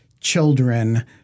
children